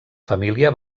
família